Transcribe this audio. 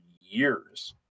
years